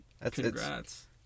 Congrats